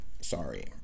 Sorry